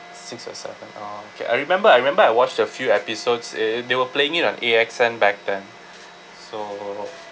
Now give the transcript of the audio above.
six or seven oh okay I remember I remember I watch a few episodes eh they were playing it on A_X_N back then so